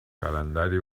calendari